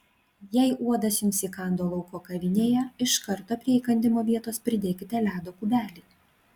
jei uodas jums įkando lauko kavinėje iš karto prie įkandimo vietos pridėkite ledo kubelį